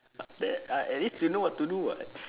not bad ah at least you know what to do [what]